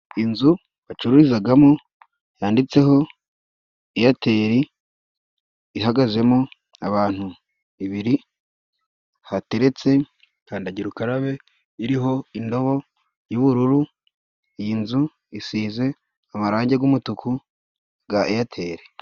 Inzu bacururizagamo yanditseho Eyateli, ihagazemo abantu ibiri, hateretse kandagirukarabe iriho indobo y'ubururu. Iyi nzu isize amarangi g'umutuku bwa Eyateli.